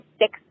six